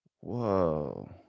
whoa